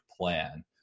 plan